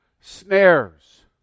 Snares